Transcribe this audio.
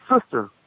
sister